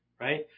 right